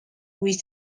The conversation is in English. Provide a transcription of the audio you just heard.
which